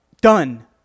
done